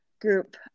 group